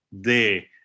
de